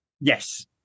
Yes